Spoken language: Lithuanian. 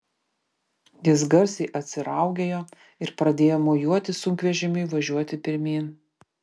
jis garsiai atsiraugėjo ir pradėjo mojuoti sunkvežimiui važiuoti pirmyn